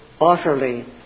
utterly